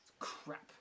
Crap